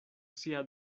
sia